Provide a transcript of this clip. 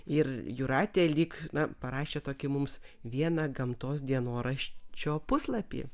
ir jūratė lyg na parašė tokį mums vieną gamtos dienoraščio puslapį